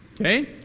Okay